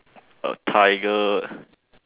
a tiger